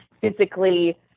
physically